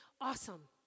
awesome